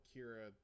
Kira